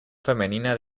femenina